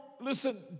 listen